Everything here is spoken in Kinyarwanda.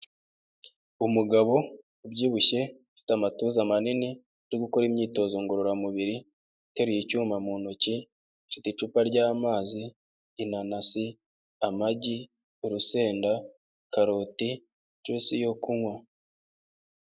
Umugabo ubyibushye ufite amatuza manini, uri gukora imyitozo ngororamubiri, uteruye icyuma mu ntoki, afite icupa ry'amazi, inanasi, amagi, urusenda, karoti, juyisi yo kunywa.